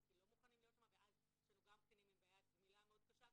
כי לא מוכנים להיות שם ואז יש לנו גם בעיית גמילה מאוד קשה,